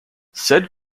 said